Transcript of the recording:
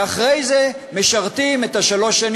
ואחרי זה משרתים את שלוש השנים,